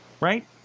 Right